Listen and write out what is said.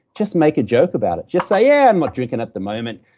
just make a joke about it. just say, yeah, i'm not drinking at the moment,